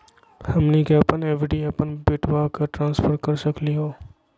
हमनी के अपन एफ.डी अपन बेटवा क ट्रांसफर कर सकली हो?